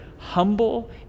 Humble